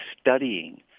studying